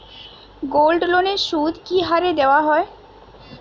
গোল্ডলোনের সুদ কি হারে দেওয়া হয়?